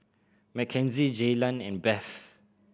Mackenzie Jaylan and Beth